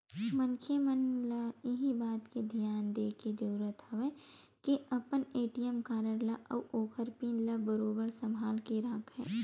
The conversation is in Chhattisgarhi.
मनखे मन ल इही बात के धियान देय के जरुरत हवय के अपन ए.टी.एम कारड ल अउ ओखर पिन ल बरोबर संभाल के रखय